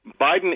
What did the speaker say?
Biden